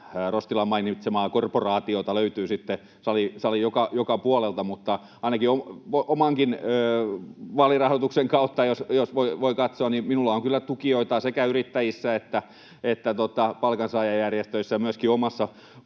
Rostilan mainitsemaa korporaatiota löytyy salin joka puolelta. Mutta ainakin jos oman vaalirahoitukseni kautta voi katsoa, niin minulla on kyllä tukijoita sekä yrittäjissä että palkansaajajärjestöissä, myöskin omassa